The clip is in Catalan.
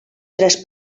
tres